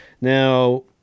Now